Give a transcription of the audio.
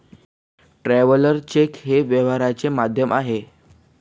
traveller cheque हे व्यवहाराचे माध्यम आहे